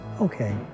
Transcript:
Okay